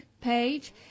page